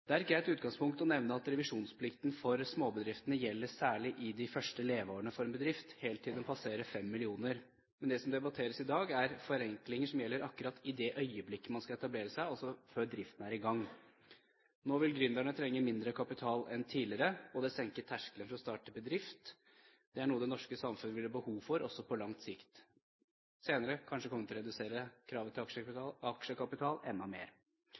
har, sannsynligvis ikke har høyeste prioritet. Det er et greit utgangspunkt å nevne at revisjonsplikten for småbedriftene gjelder særlig i de første leveårene for en bedrift helt til den passerer 5 mill. kr. Men det som debatteres i dag, er forenklinger som gjelder akkurat i det øyeblikket man skal etablere seg, altså før driften er i gang. Nå vil gründerne trenge mindre kapital enn tidligere, og det senker terskelen for å starte en bedrift. Det er noe det norske samfunnet vil ha behov for også på lang sikt, og det vil kanskje senere komme til å redusere kravet til aksjekapital enda